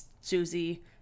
Susie